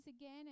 again